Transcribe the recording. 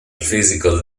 physical